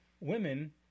women